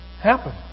happen